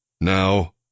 Now